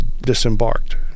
disembarked